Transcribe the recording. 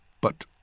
But